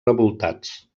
revoltats